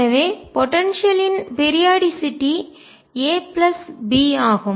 எனவே போடன்சியல் லின் ஆற்றல் பீரியாடிசிட்டி கால அளவு a b ஆகும்